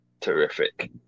Terrific